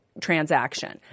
Transaction